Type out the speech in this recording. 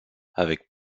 avec